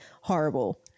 horrible